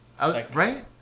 Right